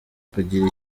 kugira